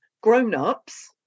grown-ups